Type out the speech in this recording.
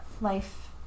life